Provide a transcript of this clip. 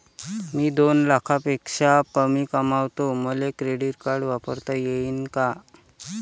मी दोन लाखापेक्षा कमी कमावतो, मले क्रेडिट कार्ड वापरता येईन का?